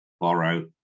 borrow